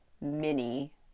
mini